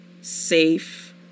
safe